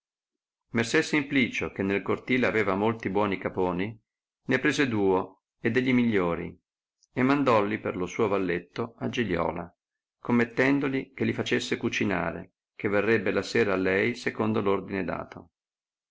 messer simplicio che nel cortile aveva molti buoni caponi ne prese duo e de gli migliori e mandolli per lo suo valletto a giliola commettendoli che li facesse cucinare che verrebbe la sera a lei secondo ordine dato